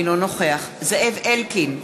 אינו נוכח זאב אלקין,